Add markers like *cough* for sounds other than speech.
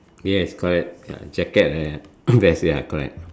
yes correct uh jacket and *coughs* vest ya correct